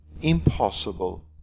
impossible